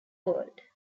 world